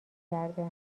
کرده